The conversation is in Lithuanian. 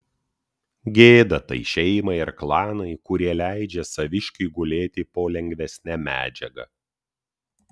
gėda tai šeimai ar klanui kurie leidžia saviškiui gulėti po lengvesne medžiaga